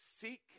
seek